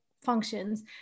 functions